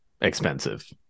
expensive